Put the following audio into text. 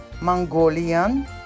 Mongolian